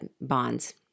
bonds